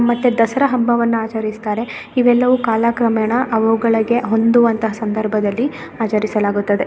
ಮತ್ತು ದಸರಾ ಹಬ್ಬವನ್ನು ಆಚರಿಸ್ತಾರೆ ಇವೆಲ್ಲವೂ ಕಾಲಕ್ರಮೇಣ ಅವುಗಳಿಗೆ ಹೊಂದುವಂಥ ಸಂದರ್ಭದಲ್ಲಿ ಆಚರಿಸಲಾಗುತ್ತದೆ